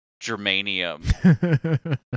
Germanium